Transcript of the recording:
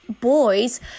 boys